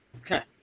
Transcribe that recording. Okay